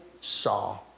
saw